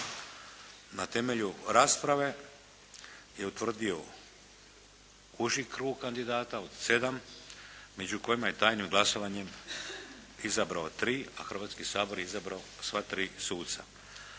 Na temelju rasprave je utvrdio uži krug kandidata od 7, među kojima je tajnim glasovanjem izabrao 3, a Hrvatski sabor je izabrao sva tri suca.